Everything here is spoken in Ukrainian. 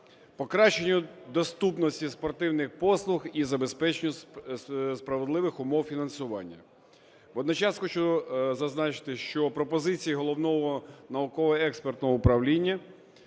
покращенню доступності спортивних послуг і забезпеченню справедливих умови фінансування. Водночас хочу зазначити, що пропозиції Головного науково-експертного управління